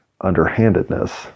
underhandedness